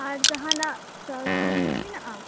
ᱟᱨ ᱡᱟᱦᱟᱸᱱᱟᱜ ᱥᱠᱤᱢ ᱠᱚ ᱢᱮᱱᱟᱜ ᱼᱟ